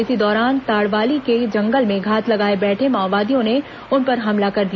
इसी दौरान ताड़वाली के जंगल में घात लगाकर बैठे माओवादियों ने उन पर हमला कर दिया